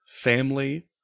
family